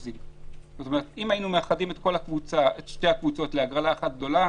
אם היינו מאחדים את שתי הקבוצות להגרלה אחת גדולה,